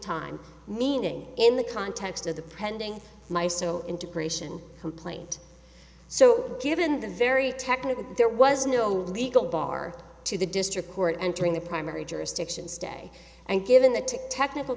time meaning in the context of the pending my so integration complaint so given the very technical there was no legal bar to the district court entering the primary jurisdiction stay and given the tick technical